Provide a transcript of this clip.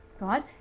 right